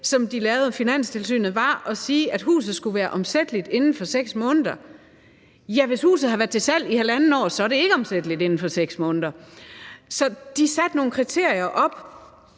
som de lavede i Finanstilsynet, var at sige, at huset skulle være omsætteligt inden for 6 måneder. Hvis huset har været til salg i halvandet år, er det ikke omsætteligt inden for 6 måneder. Så de satte nogle kriterier op,